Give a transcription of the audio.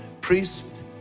priest